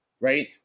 right